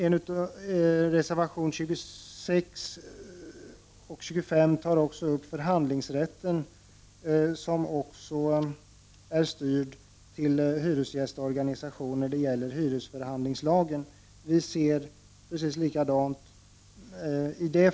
I reservation 26 tas även förhandlingsrätten enligt hyresförhandlingslagen upp. Denna förhandlingsrätt styrs av hyresgästorganisationen.